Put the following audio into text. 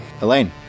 Elaine